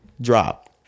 drop